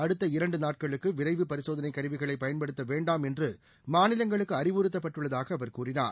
அடுத்த இரண்டு நாட்களுக்கு விரைவுப் பரிசோதனைக் கருவிகளைப் பயன்படுத்த வேண்டாம் என்று மாநிலங்களுக்கு அறிவுறுத்தப்பட்டுள்ளதாக அவர் கூறினார்